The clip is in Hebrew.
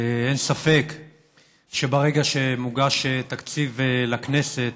אין ספק שהרגע שמוגש תקציב לכנסת